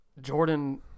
Jordan –